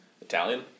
Italian